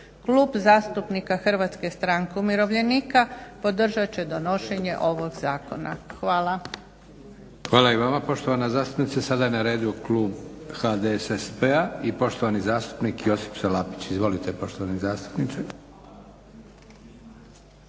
Klub zastupnika HSU podržat će donošenje ovog zakona. Hvala. **Leko, Josip (SDP)** Hvala i vama poštovana zastupnice. Sada je na redu klub HDSSB-a i poštovani zastupnik Josip Salapić. Izvolite poštovani zastupniče.